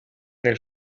nel